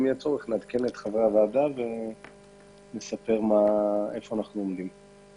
נעדכן את חברי הוועדה ונספר איפה אנחנו עומדים.